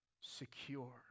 secure